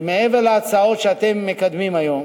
שמעבר להצעות שאתם מקדמים היום